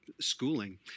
schooling